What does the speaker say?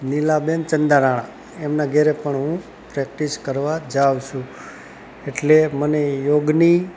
નીલાબેન ચંદારાણા એમને ઘેરે પણ હું પ્રેક્ટિસ કરવા જાઉં છું એટલે મને યોગની